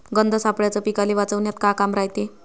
गंध सापळ्याचं पीकाले वाचवन्यात का काम रायते?